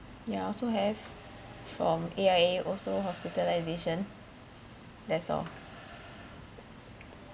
yeah I also have from A_I_A also hospitalisation that's all